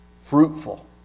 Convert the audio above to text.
fruitful